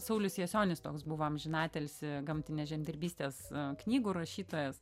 saulius jasionis toks buvo amžinatilsį gamtinės žemdirbystės knygų rašytojas